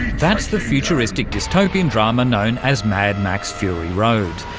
that's the futuristic, dystopian drama known as mad max fury road.